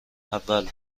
اول